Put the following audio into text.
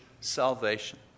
salvation